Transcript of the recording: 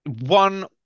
One